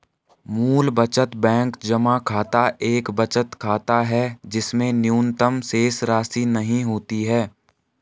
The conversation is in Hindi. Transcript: मूल बचत बैंक जमा खाता एक बचत खाता है जिसमें न्यूनतम शेषराशि नहीं होती है